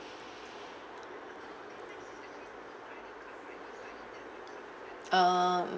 um